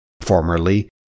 formerly